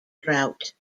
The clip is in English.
drought